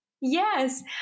yes